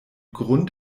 grund